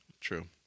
True